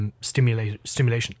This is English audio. Stimulation